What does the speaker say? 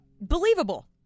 Believable